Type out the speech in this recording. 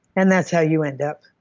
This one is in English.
and that's how you end up.